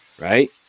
right